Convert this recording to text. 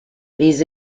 these